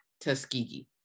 Tuskegee